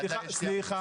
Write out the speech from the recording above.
סליחה.